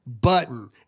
button